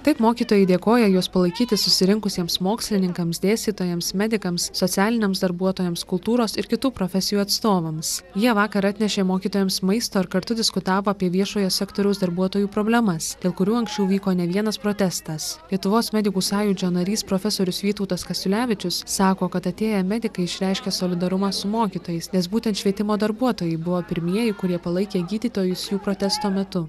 taip mokytojai dėkoja juos palaikyti susirinkusiems mokslininkams dėstytojams medikams socialiniams darbuotojams kultūros ir kitų profesijų atstovams jie vakar atnešė mokytojams maisto ir kartu diskutavo apie viešojo sektoriaus darbuotojų problemas dėl kurių anksčiau vyko ne vienas protestas lietuvos medikų sąjūdžio narys profesorius vytautas kasiulevičius sako kad atėję medikai išreiškė solidarumą su mokytojais nes būtent švietimo darbuotojai buvo pirmieji kurie palaikė gydytojus jų protesto metu